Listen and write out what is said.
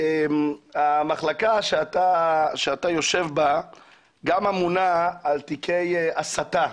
המחלקה שאתה יושב בה גם אמונה על תיקי הסתה,